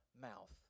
mouth